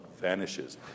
vanishes